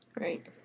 Right